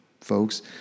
folks